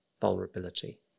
vulnerability